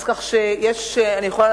אז כך שאני יכולה,